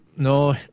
No